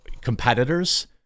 competitors